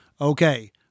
okay